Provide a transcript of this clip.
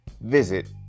Visit